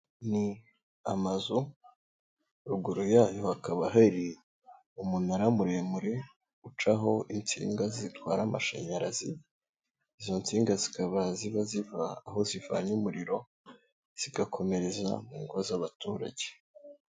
Ni amazu, ruguru yayo hakaba hari umunara muremure ucaho insinga zitwara amashanyarazi, izo nsinga zikaba ziba ziva aho zivanye umuriro zigakomereza mu ngo z'abaturage.